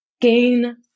gain